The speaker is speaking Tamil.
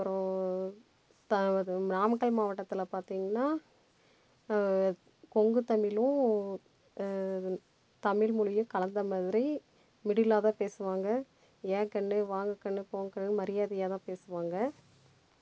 அப்புறோம் த அது நாமக்கல் மாவட்டத்தில் பார்த்திங்கனா கொங்குத்தமிழும் தமிழ் மொழியும் கலந்தமாதிரி மிடிலாகதான் பேசுவாங்க ஏன் கண்ணு வாங்க கண்ணு போங்க கண்ணு மரியாதையாகதான் பேசுவாங்க